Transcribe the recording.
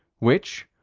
which,